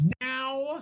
Now